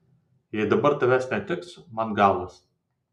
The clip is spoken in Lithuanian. jei dabar tavęs neteksiu man galas